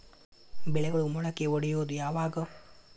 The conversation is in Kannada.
ಬೆಳೆಗಳು ಮೊಳಕೆ ಒಡಿಯೋದ್ ಯಾವಾಗ್?